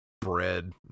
bread